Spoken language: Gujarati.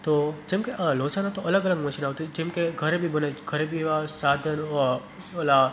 તો જેમ કે લોચાનાં તો અલગ અલગ મશીન આવતાં હોય છે જેમ કે ઘરે બી બનાઈ ઘરે બી એવાં સાધનો ઓલા